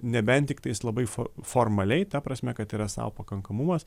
nebent tiktais labai formaliai ta prasme kad yra sau pakankamumas